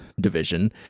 division